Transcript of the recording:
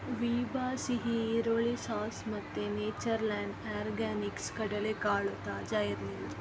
ವೀಬಾ ಸಿಹಿ ಈರುಳ್ಳಿ ಸಾಸ್ ಮತ್ತು ನೇಚರ್ಲ್ಯಾನ್ ಆರ್ಗ್ಯಾನಿಕ್ಸ್ ಕಡಲೆಕಾಳು ತಾಜಾ ಇರ್ಲಿಲ್ಲ